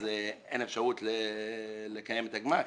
אין אפשרות לקיים את הגמ"חים.